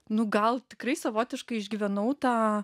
nu gal tikrai savotiškai išgyvenau tą